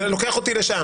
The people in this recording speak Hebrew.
זה לוקח אותי לשם.